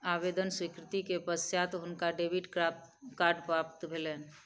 आवेदन स्वीकृति के पश्चात हुनका डेबिट कार्ड प्राप्त भेलैन